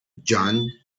jean